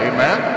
Amen